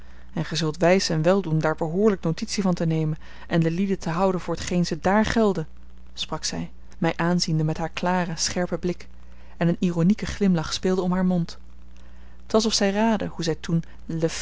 en gij zult wijs en wel doen daar behoorlijk notitie van te nemen en de lieden te houden voor t geen ze dààr gelden sprak zij mij aanziende met haar klaren scherpen blik en een ironieke glimlach speelde om haar mond t was of zij raadde hoe zij toen les